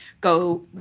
go